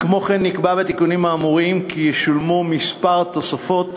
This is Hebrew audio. כמו כן נקבע בתיקונים האמורים כי ישולמו כמה תוספות